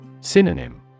Synonym